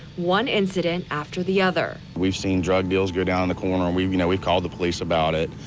one incident after the other. we've seen drug deals go down the corner, and we've you know we've called the police about it.